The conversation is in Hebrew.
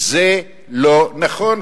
זה לא נכון",